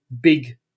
big